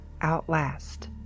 Outlast